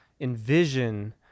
envision